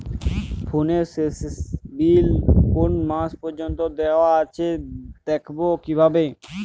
ফোনের শেষ বিল কোন মাস পর্যন্ত দেওয়া আছে দেখবো কিভাবে?